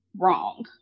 wrong